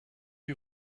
you